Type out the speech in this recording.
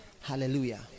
Hallelujah